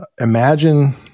imagine